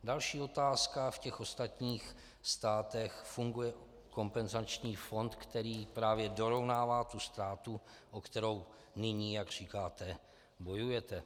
Další otázka v ostatních státech funguje kompenzační fond, který právě dorovnává ztrátu, o kterou nyní, jak říkáte, bojujete.